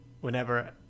whenever